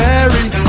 Mary